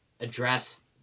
address